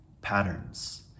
Patterns